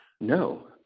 No